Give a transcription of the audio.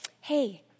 hey